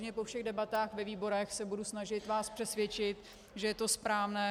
Já samozřejmě po všech debatách ve výborech se budu snažit vás přesvědčit, že je to správné.